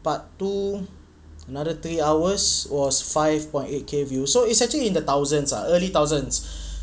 part two another three hours was five point eight K view so it's actually in the thousands ah early thousands